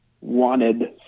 wanted